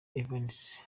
evans